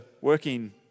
working